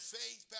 faith